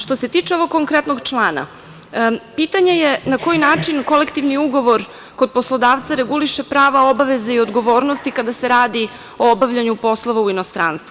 Što se tiče ovog konkretnog člana, pitanje je na koji način kolektivni ugovor kod poslodavca reguliše prava, obaveze i odgovornosti kada se radi o obavljanju poslova u inostranstvu.